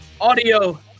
Audio